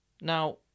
Now